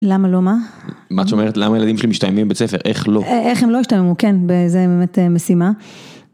למה לא מה? מה את אומרת? למה הילדים שלי משתעממים בבית הספר? איך לא? איך הם לא ישתעממו? כן, זה באמת משימה.